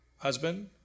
husband